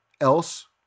else